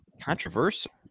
controversial